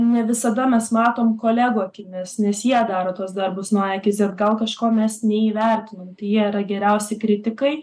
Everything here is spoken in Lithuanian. ne visada mes matom kolegų akimis nes jie daro tuos darbus nuo a iki zet gal kažko mes neįvertinom tai jie yra geriausi kritikai